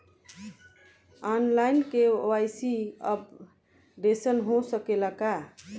आन line KYC updation हो सकेला का?